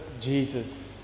Jesus